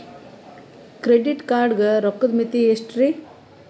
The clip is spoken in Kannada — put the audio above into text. ಕ್ರೆಡಿಟ್ ಕಾರ್ಡ್ ಗ ರೋಕ್ಕದ್ ಮಿತಿ ಎಷ್ಟ್ರಿ?